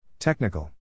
Technical